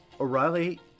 O'Reilly